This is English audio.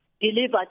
delivered